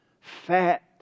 fat